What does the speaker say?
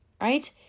right